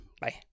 Bye